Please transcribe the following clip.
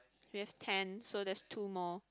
we have ten so there's two more